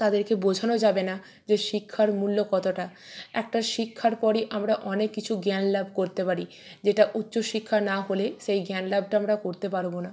তাদেরকে বোঝানো যাবে না যে শিক্ষার মূল্য কতোটা একটা শিক্ষার পরই আমরা অনেক কিছু জ্ঞান লাভ করতে পারি যেটা উচ্চশিক্ষা না হলে সেই জ্ঞান লাভটা আমরা করতে পারবো না